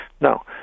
Now